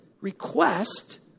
request